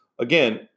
again